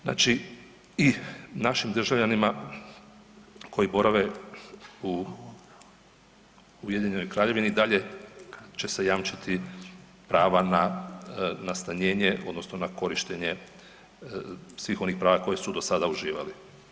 Znači i našim državljanima koji borave u Ujedinjenoj Kraljevini i dalje će se jamčiti prava na, na stanjenje odnosno na korištenje svih onih prava koja su dosada uživali.